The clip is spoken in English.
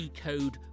code